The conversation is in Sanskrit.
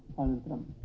आनन्तरं